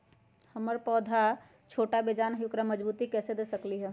हमर पौधा छोटा बेजान हई उकरा मजबूती कैसे दे सकली ह?